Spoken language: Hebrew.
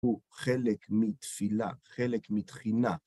הוא חלק מתפילה, חלק מתחינה.